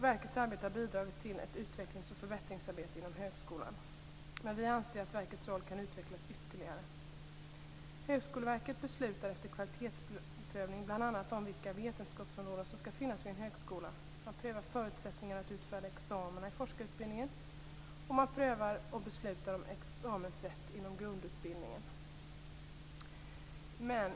Verkets arbete har bidragit till ett utvecklings och förbättringsarbete inom högskolan, men vi anser att verkets roll kan utvecklas ytterligare. Högskoleverket beslutar efter kvalitetsprövning bl.a. om vilka vetenskapsområden som skall finnas vid en högskola. Man prövar förutsättningarna att utfärda examina i forskarutbildningen, och man prövar och beslutar om examensrätt inom grundutbildningen.